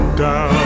down